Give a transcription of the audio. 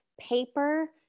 paper